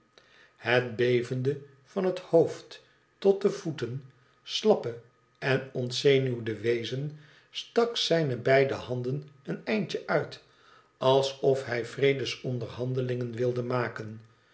het bevende van het hoofd tot de voeten slappe en ontzenuwde wezen stak zijne beide handen een eindje uit alsof hij vredesonderhandelingen wilde maken